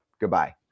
Goodbye